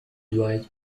doit